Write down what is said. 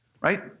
right